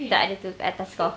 tak ada tu kat atas kau